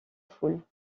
foule